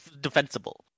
defensible